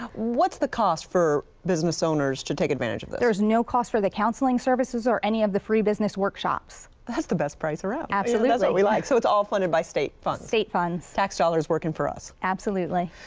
what's the cost for business owners to take advantage of this? there's no cost for the counseling services or any of the free business workshops. that's the best price around. absolutely. that's what we like. so it's all funded by state funds. state funds. tax dollar working for us. absolutely.